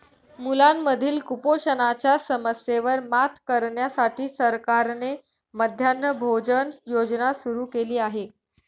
मुलांमधील कुपोषणाच्या समस्येवर मात करण्यासाठी सरकारने मध्यान्ह भोजन योजना सुरू केली आहे